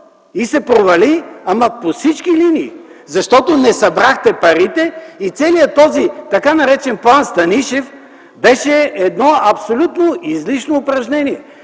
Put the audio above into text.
и се провали, ама по всички линии. Защото не събрахте парите и целият този, така наречен, план „Станишев” беше едно абсолютно излишно упражнение.